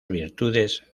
virtudes